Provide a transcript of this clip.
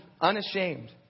unashamed